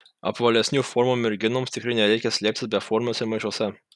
apvalesnių formų merginoms tikrai nereikia slėptis beformiuose maišuose